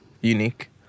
Unique